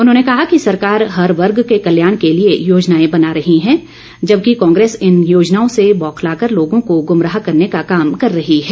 उन्होंने कहा कि सरकार हर वर्ग के कल्याण के लिए योजनाए बना रही है जबकि कांग्रेस इन योजनाओं से बौखलाकर लोगों को गुमराह करने का काम कर रही है